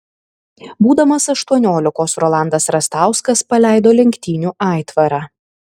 būdamas aštuoniolikos rolandas rastauskas paleido lenktynių aitvarą